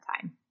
time